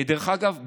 דרך אגב,